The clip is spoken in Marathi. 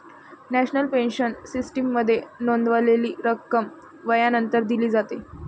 नॅशनल पेन्शन सिस्टीममध्ये नोंदवलेली रक्कम वयानंतर दिली जाते